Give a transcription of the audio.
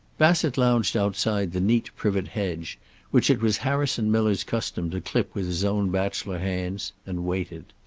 bassett lounged outside the neat privet hedge which it was harrison miller's custom to clip with his own bachelor hands, and waited.